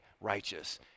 righteous